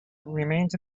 remained